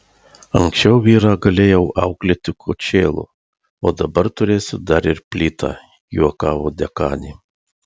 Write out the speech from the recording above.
anksčiau vyrą galėjau auklėti kočėlu o dabar turėsiu dar ir plytą juokavo dekanė